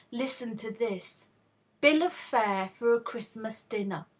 listen to this bill of fare for a christmas dinner.